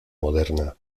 moderna